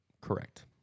Correct